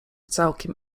całkiem